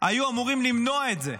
היו אמורים למנוע את זה.